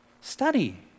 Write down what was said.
Study